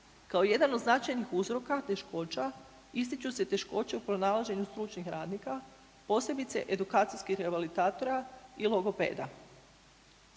Kao jedan od značajnih uzroka teškoća ističu se teškoće u pronalaženju stručnih radnika, posebice edukacijskih rehabilitatora i logopeda.